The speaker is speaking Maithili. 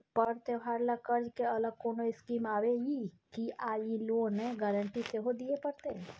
पर्व त्योहार ल कर्ज के अलग कोनो स्कीम आबै इ की आ इ लोन ल गारंटी सेहो दिए परतै?